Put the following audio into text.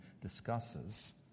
discusses